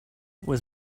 was